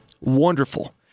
wonderful